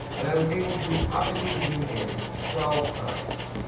and i was able to optically zoom-in twelve times